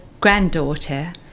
granddaughter